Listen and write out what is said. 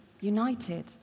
united